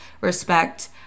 respect